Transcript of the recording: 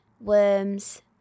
Worms